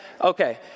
Okay